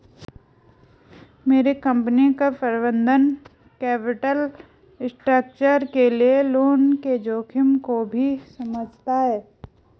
मेरी कंपनी का प्रबंधन कैपिटल स्ट्रक्चर के लिए लोन के जोखिम को भी समझता है